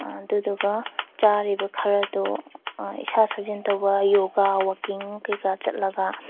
ꯑꯗꯨꯗꯨꯒ ꯆꯥꯔꯤꯕ ꯈꯔꯗꯣ ꯏꯁꯥ ꯁꯥꯖꯦꯟ ꯇꯧꯕ ꯌꯣꯒꯥ ꯋꯥꯀꯤꯡ ꯀꯩꯀꯥ ꯆꯠꯂꯒ